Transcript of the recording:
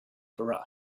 for